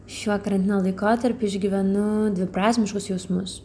šiuo karantino laikotarpiu išgyvenu dviprasmiškus jausmus